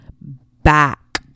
back